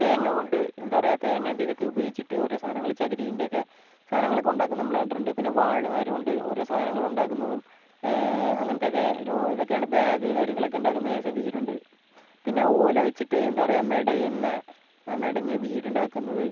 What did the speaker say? തേങ്ങ കൊണ്ട് എന്താ പറയാ തേങ്ങേൻ്റെ ഇതൊക്കെ ഉപയോഗിച്ചിട്ട് ഓരോ സാധനങ്ങളൊക്കെ ചകിരിൻ്റെ ഒക്കെ സാധനങ്ങൾ ഒക്കെ ഉണ്ടാക്കുന്നത് നമ്മൾ കണ്ടിട്ടുണ്ട് പിന്നെ വാഴനാര് കൊണ്ട് ഓരോ സാധനങ്ങൾ ഉണ്ടാക്കുന്നതും അങ്ങനെത്തെക്കെ ഓരോ ഇതൊക്കെയാണ് ബാഗ് കാര്യങ്ങളൊക്കെ ഉണ്ടാക്കുന്നതും ഞാൻ ശ്രദ്ധിച്ചിട്ടുണ്ട് പിന്നെ ഓല വെച്ചിട്ട് എന്താ പറയാ മെടയുന്ന മെടഞ്ഞ് വീടുണ്ടാക്കുന്നത്